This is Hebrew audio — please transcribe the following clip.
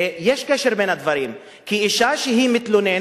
יש קשר בין הדברים, כי אשה שמתלוננת,